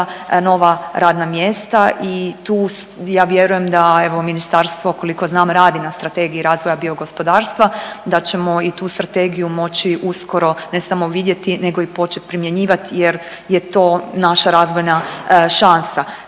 nova radna mjesta i tu, ja vjerujem, da, evo, Ministarstvo koliko znam, radi na strategiji razvoja biogospodarstva, da ćemo i tu strategiju moći uskoro, ne samo vidjeti nego i početi primjenjivati jer je to naša razvojna šansa.